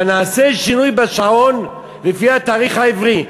אבל נעשה שינוי בשעון לפי התאריך העברי.